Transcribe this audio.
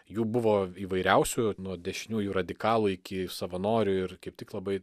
jų buvo įvairiausių nuo dešiniųjų radikalų iki savanorių ir kaip tik labai